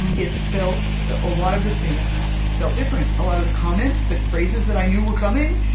it felt a lot of the things felt different. a lot of the comments, the phrases that i knew were coming,